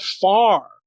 far